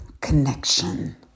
connection